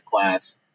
class